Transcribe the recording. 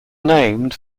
named